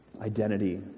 identity